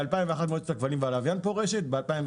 ב-2001 מועצת הכבלים והלוויין פורשת; ב-2017,